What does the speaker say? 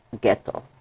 ghetto